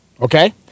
Okay